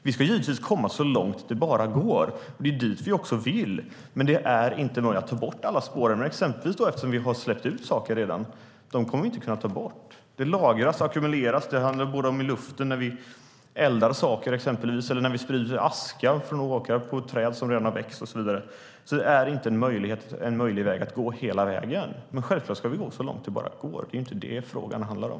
Vi ska givetvis komma så långt det bara går, och det är dit vi också vill, men det är inte möjligt att ta bort exempelvis alla spårämnen eftersom vi redan har släppt ut saker. Dem kommer vi inte att kunna ta bort. De lagras och ackumuleras. Det handlar både om luften när vi eldar saker eller när vi sprider aska på träd som redan har växt och så vidare. Det är inte möjligt att gå hela vägen, men självklart ska vi gå så långt det bara går. Det är inte det frågan handlar om.